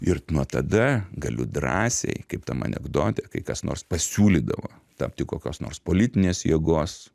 ir nuo tada galiu drąsiai kaip tam anekdote kai kas nors pasiūlydavo tapti kokios nors politinės jėgos